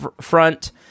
front